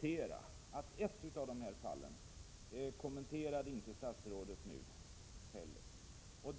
fyra, att ett av fallen inte kommenterades nu heller av statsrådet.